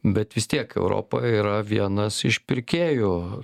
bet vis tiek europa yra vienas iš pirkėjų